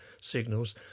signals